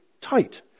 tight